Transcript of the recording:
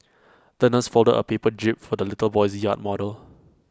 the nurse folded A paper jib for the little boy's yacht model